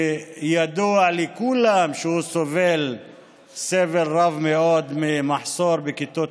שידוע לכולם ששם סובלים סבל רב מאוד ממחסור בכיתות